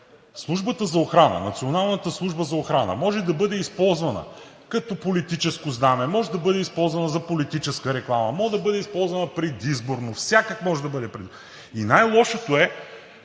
Службата за охрана, Националната служба за охрана може да бъде използвана като политическо знаме, може да бъде използвана за политическа реклама, може да бъде използвана предизборно, всякак може да бъде използвана. И най-лошото е,